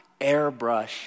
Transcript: airbrush